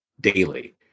Daily